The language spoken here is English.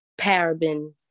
paraben